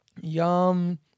yum